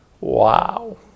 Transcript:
Wow